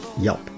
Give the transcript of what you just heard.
Yelp